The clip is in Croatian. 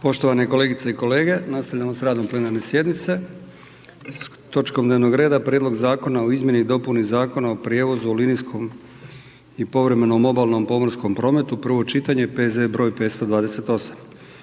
Poštovane kolegice i kolege, nastavljamo sa radom plenarne sjednice, s točkom dnevnog reda: - Prijedlog Zakona o izmjeni i dopuni Zakona o prijevozu u linijskom i povremenom obalnom pomorskom prometu, prvo čitanje, P.Z. br. 528